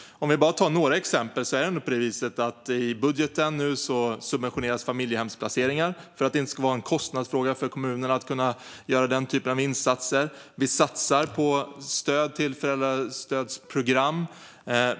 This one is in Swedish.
Vi kan ta bara några exempel. Nu subventioneras familjehemsplaceringar i budgeten för att det inte ska vara en kostnadsfråga för kommunerna att kunna göra den typen av insatser. Vi satsar på stöd till föräldrastödsprogram.